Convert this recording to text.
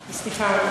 סליחה,